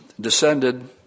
descended